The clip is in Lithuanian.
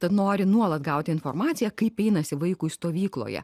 tad nori nuolat gauti informaciją kaip einasi vaikui stovykloje